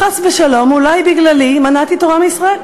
חס ושלום מנעתי אולי בגללי תורה מישראל.